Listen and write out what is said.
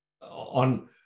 on